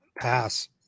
Pass